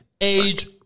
age